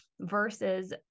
versus